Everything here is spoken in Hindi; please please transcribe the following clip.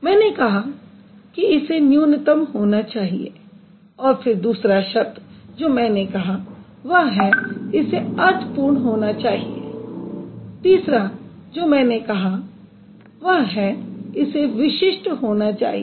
मैंने कहा है कि इसे न्यूनतम होना चाहिए फिर दूसरा शब्द जो मैंने कहा वह है इसे अर्थपूर्ण होना चाहिए तीसरा जो मैंने कहा वह है इसे विशिष्ट होना चाहिए